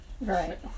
Right